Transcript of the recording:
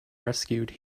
rescued